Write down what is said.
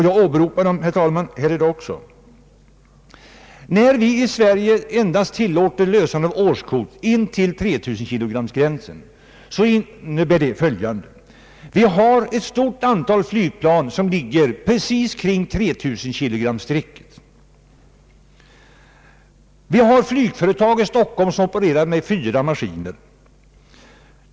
Jag åberopar dem, herr talman, också här i dag. När vi i Sverige endast tillåter lösande av årskort intill 3 000 kg-gränsen innebär det följande: Vi har ett stort antal flygplan, som ligger precis kring 3000 kg-gränsen. Vi har flygföretag i Stockholm som opererar med fyra maskiner.